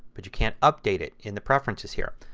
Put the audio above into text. but you can't update it in the preferences here.